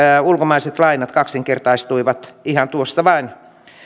ulkomaiset lainat kaksinkertaistuivat ihan tuosta vain